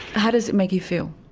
how does it make you feel?